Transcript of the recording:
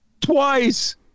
twice